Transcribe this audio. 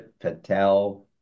Patel